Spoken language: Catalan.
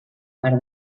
per